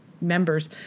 members